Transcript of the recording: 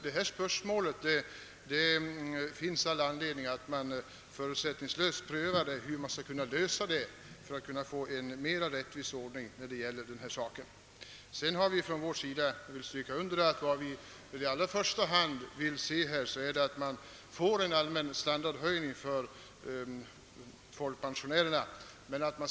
Därför anser vi att man förutsättningslöst bör pröva hur man skall kunna lösa frågan för att få en mera rättvis ordning. Vad vi i första hand vill understryka är önskemålet om en allmän standardhöjning för folkpensionärerna.